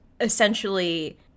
essentially